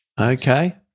Okay